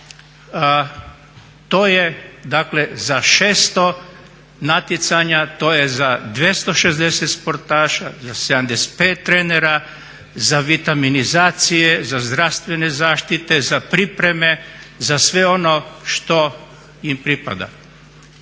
to je za 600 natjecanja, to je za 260 sportaša, za 75 trenera, za vitiminizacije, za zdravstvene zaštite, za pripreme, za sve ono što im pripada.